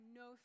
no